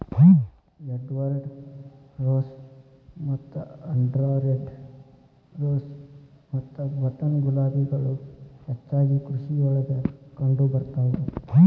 Edward rose ಮತ್ತ Andhra red rose ಮತ್ತ button ಗುಲಾಬಿಗಳು ಹೆಚ್ಚಾಗಿ ಕೃಷಿಯೊಳಗ ಕಂಡಬರ್ತಾವ